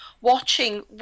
watching